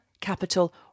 capital